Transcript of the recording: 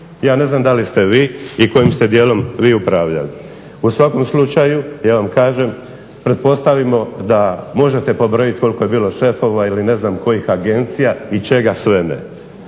ja ne znam da li ste vi i kojim ste dijelom vi upravljali. U svakom slučaju ja vam kažem pretpostavimo da možete pobrojiti koliko je bilo šefova, ili ne znam kojih agencija i čega sve